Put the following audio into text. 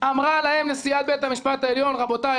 אמרה להם נשיאת בית המשפט העליון: רבותי,